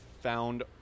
found